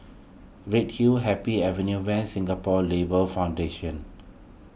Redhill Happy Avenue West Singapore Labour Foundation